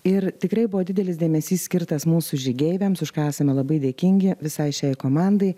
ir tikrai buvo didelis dėmesys skirtas mūsų žygeiviams už ką esame labai dėkingi visai šiai komandai